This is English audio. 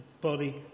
body